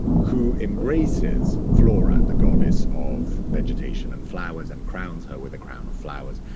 who embraces flora, the goddess of vegetation and flowers, and crowns her with a crown of flowers.